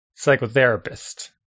psychotherapist